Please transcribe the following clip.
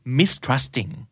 mistrusting